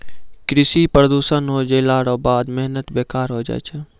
कृषि प्रदूषण हो जैला रो बाद मेहनत बेकार होय जाय छै